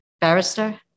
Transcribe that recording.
Barrister